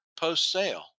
post-sale